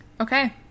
Okay